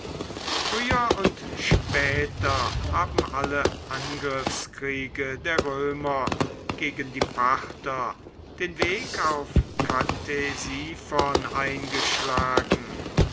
früher und später haben alle angriffskriege der römer gegen die parther den weg auf ktesiphon eingeschlagen